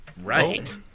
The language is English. Right